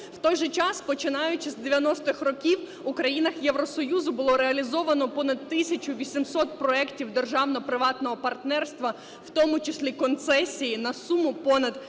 В той же час, починаючи з 90-х років у країнах Євросоюзу було реалізовано понад 1 тисячу 800 проектів державно-приватного партнерства, в тому числі концесії на суму понад 365